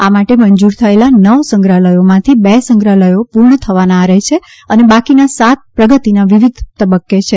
આ માટે મંજુર થયેલા નવ સંગ્રહાલયોમાંથી બે સંગ્રહાલયો પૂર્ણ થવાના આરે છે અને બાકીના સાત પ્રગતિના વિવિધ તબક્રે છે